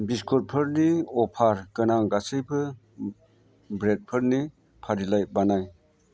बिस्कुटफोरनि अफार गोनां गासैबो ब्रेन्डफोरनि फारिलाइ बानाय